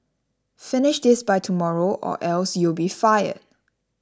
finish this by tomorrow or else you'll be fired